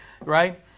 Right